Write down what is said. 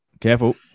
Careful